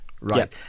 Right